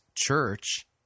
church